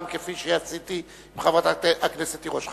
כפי שעשיתי גם עם חברת הכנסת תירוש.